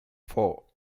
four